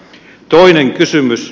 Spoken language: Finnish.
toinen kysymys